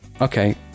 okay